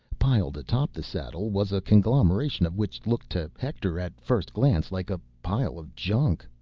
piled atop the saddle was a conglomeration of which looked to hector at first glance like a pile of junk.